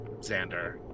Xander